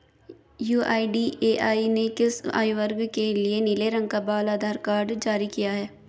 UIDAI ने किस आयु वर्ग के लिए नीले रंग का बाल आधार कार्ड जारी किया है?